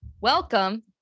welcome